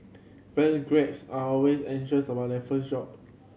fresh are always anxious about their first job